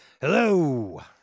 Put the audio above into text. Hello